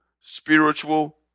spiritual